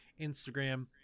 Instagram